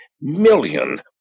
million